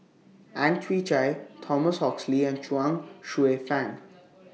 Ang Chwee Chai Thomas Oxley and Chuang Hsueh Fang